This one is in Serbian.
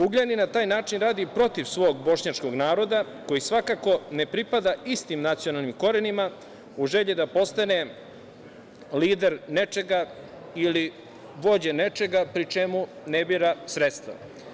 Ugljanin na taj način radi protiv svog bošnjačkog naroda, koji svakako ne pripada istim nacionalnim korenima, u želji da postane lider nečega ili vođa nečega, pri čemu ne bira sredstva.